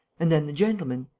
and then the gentleman.